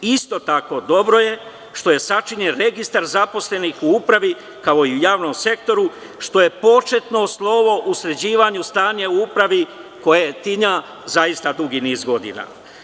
Isto tako, dobro je što je sačinjen registar zaposlenih u upravi, kao i u javnom sektoru, što je početno slovo u sređivanju stanja u upravi koje tinja zaista dugi niz godina.